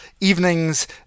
evenings